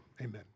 amen